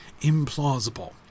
implausible